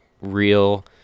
real